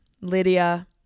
Lydia